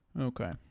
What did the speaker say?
Okay